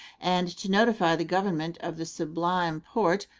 and to notify the government of the sublime porte,